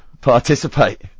participate